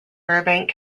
burbank